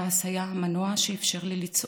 הכעס היה המנוע שאפשר לי לצעוק,